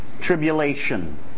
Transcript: tribulation